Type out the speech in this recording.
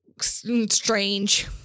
strange